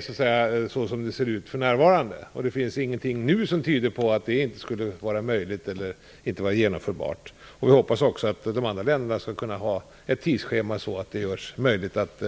Så ser det ut för närvarande. Det finns ingenting nu som tyder på att det inte skulle vara genomförbart. Jag hoppas att de andra länderna skall kunna ha ett tidsschema som gör att det blir möjligt att